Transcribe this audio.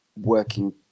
working